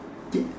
yes